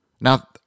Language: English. Now